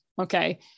Okay